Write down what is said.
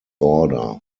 order